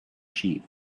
sheep